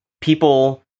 people